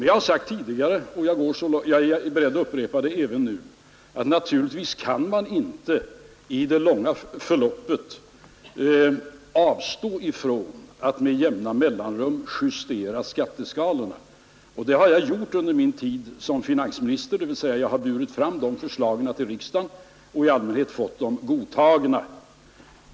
Jag har sagt tidigare — och jag är beredd att upprepa det även nu — att naturligtvis kan man inte i det långa loppet avstå från att med jämna mellanrum justera skatteskalorna. Under min tid som finansminister har 55 jag burit fram sådana förslag till riksdagen, och jag har i allmänhet fått dem godtagna.